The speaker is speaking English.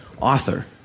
author